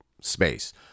space